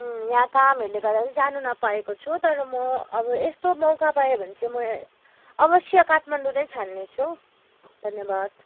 यहाँ कामहरूले गर्दा चाहिँ जानु नपाएको छु तर म अब यस्तो मौका पाएँ भने चाहिँ म अवश्य काठमाडौँ नै छान्नेछु धन्यवाद